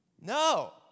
No